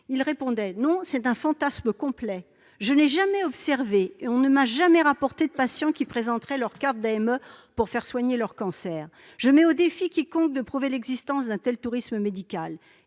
dernier :« Non. C'est un fantasme complet ! Je n'ai jamais observé et on ne m'a jamais rapporté de patients qui présenteraient leur carte d'AME pour faire soigner leur cancer. Je mets quiconque au défi de prouver l'existence d'un tel tourisme médical.